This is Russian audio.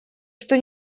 что